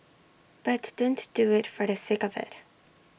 but don't do IT for the sake of IT